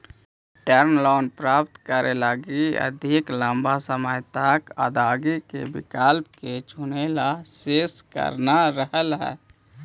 term loan प्राप्त करे लगी अधिक लंबा समय तक ऋण अदायगी के विकल्प के चुनेला शेष कर न रहऽ हई